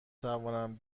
توانم